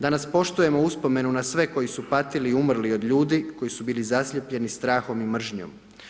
Danas poštujemo uspomenu na sve koji su patili i umrli od ljudi koji su bili zaslijepljeni strahom i mržnjom.